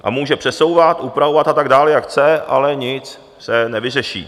A může přesouvat, upravovat a tak dál jak chce, ale nic se nevyřeší.